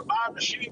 ארבעה אנשים,